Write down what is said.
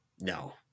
No